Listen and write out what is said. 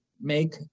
make